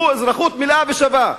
"אזרחות מלאה ושווה"?